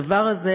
הדבר הזה,